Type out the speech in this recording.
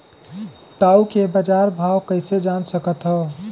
टाऊ के बजार भाव कइसे जान सकथव?